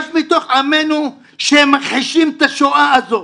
יש מתוך עמנו, שהם מכחישים את השואה הזאת.